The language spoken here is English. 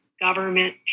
government